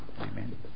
Amen